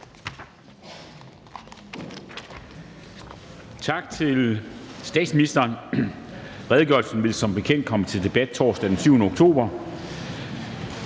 Tak til statsministeren. Redegørelsen vil som bekendt komme til debat torsdag den 7. oktober